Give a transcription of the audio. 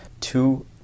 two